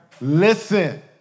Listen